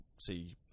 see